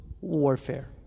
warfare